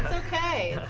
ok.